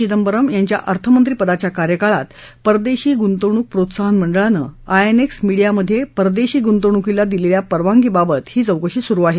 चिदंबरम यांच्या अर्थमंत्रिपदाच्या कार्यकाळात परदेशी गुंतवणूक प्रोत्साहन मंडळानं आयएनएक्स मिडीयामध्ये परदेशी गुंतवणुकीला दिलेल्या परवानगीबाबत ही चौकशी सुरू आहे